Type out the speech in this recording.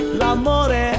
l'amore